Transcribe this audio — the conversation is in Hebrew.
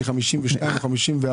כ-56 מיליון ₪.